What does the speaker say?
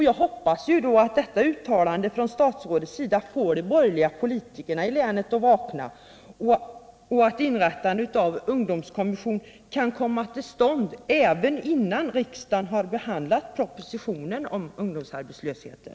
Jag hoppas att detta uttalande från statsrådets sida får de borgerliga politikerna i "länet att vakna och att inrättandet av en ungdomskommission kan komma till stånd innan riksdagen har behandlat propositionen om ungdomsarbetslösheten.